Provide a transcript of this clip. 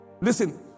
Listen